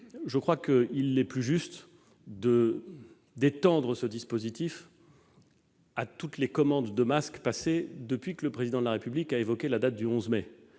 je crois plus juste d'étendre à toutes les commandes de masques passées depuis que le Président de la République a évoqué la date du 11 mai,